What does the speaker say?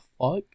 fuck